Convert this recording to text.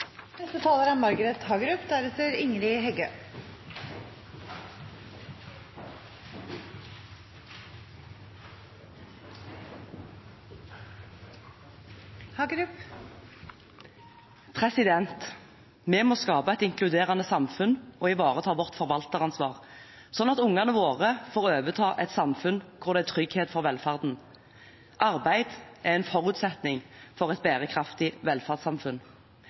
Vi må skape et inkluderende samfunn og ivareta vårt forvalteransvar, slik at ungene våre får overta et samfunn hvor det er trygghet for velferden. Arbeid er en forutsetning for et bærekraftig velferdssamfunn.